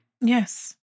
Yes